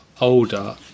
older